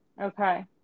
Okay